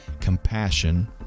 compassion